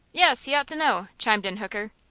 yes he ought to know! chimed in hooker.